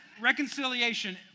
Reconciliation